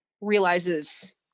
realizes